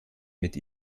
mit